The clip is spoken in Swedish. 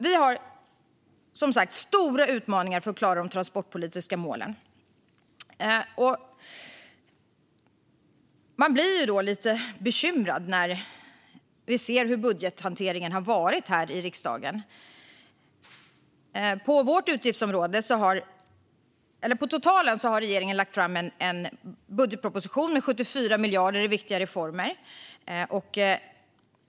Vi har som sagt stora utmaningar för att klara de transportpolitiska målen. Man blir då lite bekymrad när man ser hur budgethanteringen har varit här i riksdagen. På totalen har regeringen lagt fram en budgetproposition med 74 miljarder i viktiga reformer.